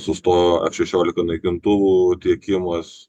sustojo ef šešiolika naikintuvų tiekimas